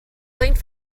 linked